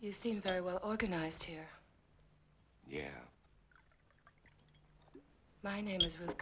you seem very well organized here yeah my name is